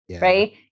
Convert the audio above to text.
Right